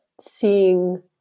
seeing